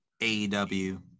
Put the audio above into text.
AEW